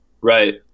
Right